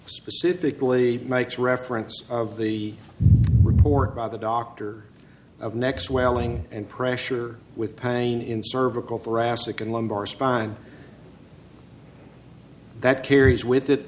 specifically makes reference of the report by the doctor of next welling and pressure with pain in cervical thoracic and lumbar spine that carries with it